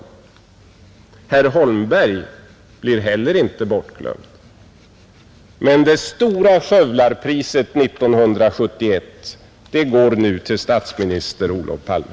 Herr Holmberg blir heller inte bortglömd. Men Stora Skövlarpriset 1971 går nu till statsminister Olof Palme,